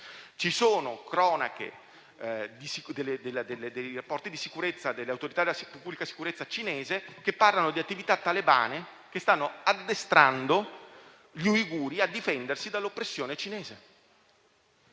ci sono rapporti delle autorità di pubblica sicurezza cinese che parlano di attività talebane che stanno addestrando gli uiguri a difendersi dall'oppressione cinese.